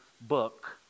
book